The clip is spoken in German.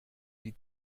die